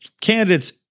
candidates